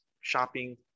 shopping